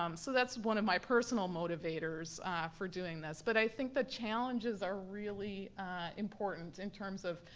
um so that's one of my personal motivators for doing this. but i think the challenges are really important in terms of,